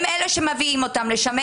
הם אלה שמביאים אותם לשם,